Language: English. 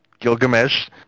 Gilgamesh